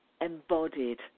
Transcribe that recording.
embodied